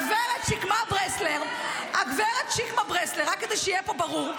הגברת שקמה ברסלר, רק כדי שיהיה פה ברור,